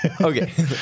Okay